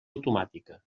automàtica